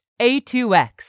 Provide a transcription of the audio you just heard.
A2X